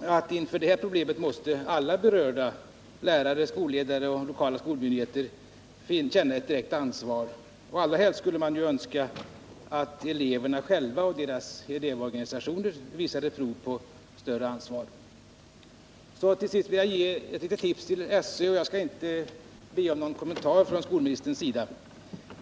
att inför det här problemet måste alla berörda — lärare, skolledare och lokala skolmyndigheter — känna ett direkt ansvar. Och allra helst skulle man önska att eleverna själva och deras organisationer visade prov på ett större ansvar. Till sist vill jag ge SÖ ett litet tips, och jag kräver inte någon kommentar till detta från skolministerns sida.